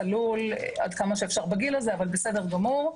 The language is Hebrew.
צלול עד כמה שאפשר בגיל הזה אבל בסדר גמור,